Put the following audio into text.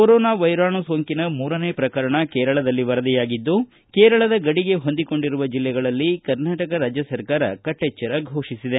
ಕೊರೋನಾವೈರಾಣು ಸೋಂಕಿನಮೂರನೇ ಪ್ರಕರಣಕೇರಳದಲ್ಲಿ ವರದಿಯಾಗಿದ್ದು ಕೇರಳದ ಗಡಿಗೆ ಹೊಂದಿಕೊಂಡಿರುವ ಜಿಲ್ಲೆಗಳಲ್ಲಿ ರಾಜ್ಯ ಸರ್ಕಾರ ಕಟ್ಟಿಚ್ವರ ಘೋಷಿಸಿದೆ